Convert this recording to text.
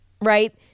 right